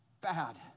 bad